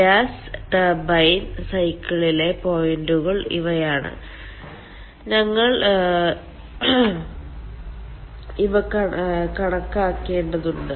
gas turbine സൈക്കിളിലെ പോയിന്റുകൾ ഇവയാണ് ഞങ്ങൾ ഇവ കണക്കാക്കേണ്ടതുണ്ട്